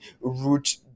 root